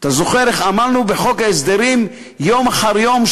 אתה זוכר איך עמלנו בחוק ההסדרים יום אחר יום,